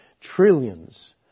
trillions